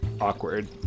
awkward